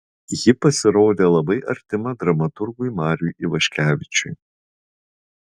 ji pasirodė labai artima dramaturgui mariui ivaškevičiui